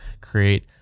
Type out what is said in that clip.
create